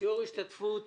שיעור השתתפות